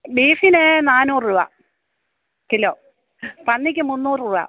ബീഫിന് നാന്നൂറ് രൂപ കിലോ പന്നിക്ക് മുന്നൂറ് രൂപ